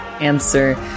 answer